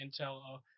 intel